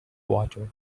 water